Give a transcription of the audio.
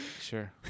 sure